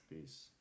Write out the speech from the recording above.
Peace